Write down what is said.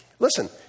Listen